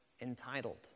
entitled